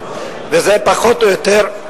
וזה פחות או יותר,